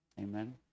amen